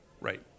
Right